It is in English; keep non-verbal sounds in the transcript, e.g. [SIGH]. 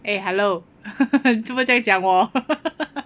eh hello [LAUGHS] 做么在讲我